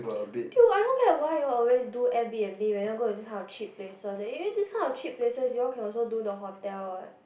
dude I don't get why you all always do air-b_n_b when you all go all this kind of cheap places that you this kind of cheap places also can do the hotel [what]